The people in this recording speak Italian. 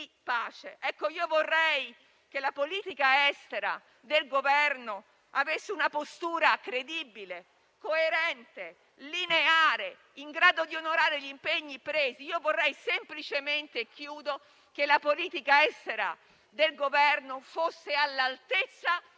pace. Vorrei che la politica estera del Governo avesse una postura credibile, coerente, lineare, in grado di onorare gli impegni presi. Vorrei semplicemente che la politica estera del Governo fosse all'altezza